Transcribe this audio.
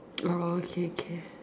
orh okay okay